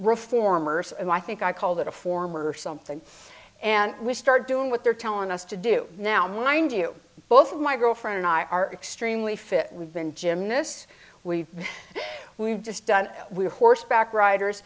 reformers and i think i called it a form or something and we started doing what they're telling us to do now mind you both my girlfriend and i are extremely fit we've been jim this we we've just done we're horseback riders